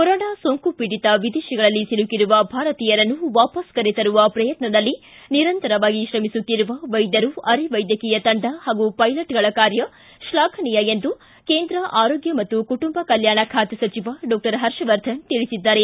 corona ಸೋಂಕುಪೀಡಿತ ವಿದೇಶಗಳಲ್ಲಿ ಸಿಲುಕಿರುವ ಭಾರತೀಯರನ್ನು ವಾಪಸ ಕರೆತರುವ ಪ್ರಯತ್ನದಲ್ಲಿ ನಿರಂತರವಾಗಿ ತ್ರಮಿಸುತ್ತಿರುವ ವೈದ್ಯರು ಅರೆವೈದ್ಯಕೀಯ ತಂಡ ಹಾಗೂ ಪೈಲಟ್ಗಳ ಕಾರ್ಯ ಶ್ವಾಫನೀಯ ಎಂದು ಕೇಂದ್ರ ಆರೋಗ್ಯ ಮತ್ತು ಕುಟುಂಬ ಕಲ್ಯಾಣ ಖಾತೆ ಸಚಿವ ಡಾಕ್ಟರ್ ಹರ್ಷವರ್ಧನ್ ತಿಳಿಸಿದ್ದಾರೆ